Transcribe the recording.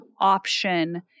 option